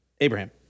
Abraham